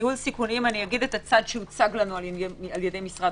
אומר את הצד שהוצג לנו על ידי משרד